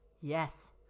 Yes